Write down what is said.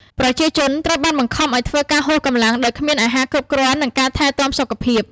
ប្រជាជនត្រូវបានបង្ខំឱ្យធ្វើការហួសកម្លាំងដោយគ្មានអាហារគ្រប់គ្រាន់ និងការថែទាំសុខភាព។